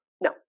no